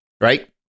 right